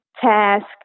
task